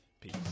Peace